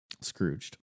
Scrooged